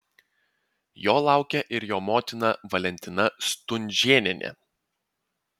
jo laukia ir jo motina valentina stunžėnienė